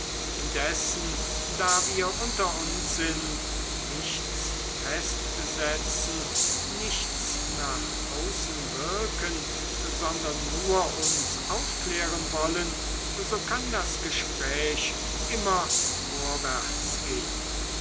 indessen da wir unter uns sind nichts festsetzen nichts nach außen wirken sondern nur uns aufklären wollen so kann das gespräch immer vorwärtsgehen